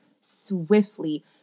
swiftly